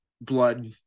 blood